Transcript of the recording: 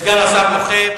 סגן השר מוחה.